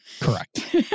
Correct